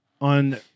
On